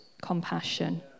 compassion